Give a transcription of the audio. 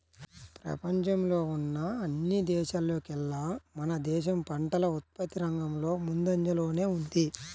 పెపంచంలో ఉన్న అన్ని దేశాల్లోకేల్లా మన దేశం పంటల ఉత్పత్తి రంగంలో ముందంజలోనే ఉంది